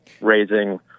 raising